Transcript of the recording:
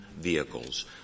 vehicles